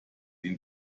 ihn